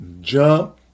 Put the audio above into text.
jump